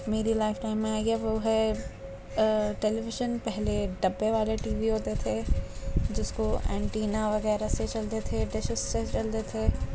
میری life time میں آئی ہے وہ ہے ٹیلی ویژن پہلے ڈبے والے ٹی وی ہوتے تھے جس کو اینٹینا وغیرہ سے چلتے تھے ڈشز سے چلتے تھے